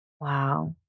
Wow